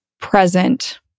present